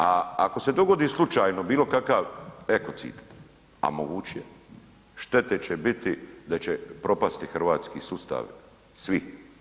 A ako se dogodi slučajno bilo kakav ekocit a moguć je, štete će biti da će propasti hrvatski sustav svih.